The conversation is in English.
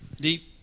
deep